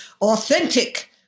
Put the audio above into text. authentic